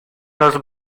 los